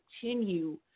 continue